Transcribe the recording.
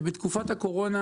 בתקופת הקורונה,